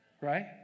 right